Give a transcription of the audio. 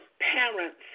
parents